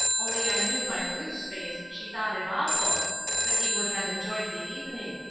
only i knew by ruth's face she thought it awful but he would have enjoyed the evening.